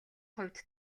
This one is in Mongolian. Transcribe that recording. хувьд